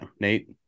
Nate